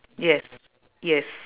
yes yes